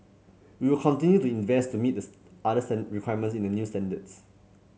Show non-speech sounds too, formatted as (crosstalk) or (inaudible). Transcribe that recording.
we will continue to invest to meet this other (unintelligible) requirements in the new standards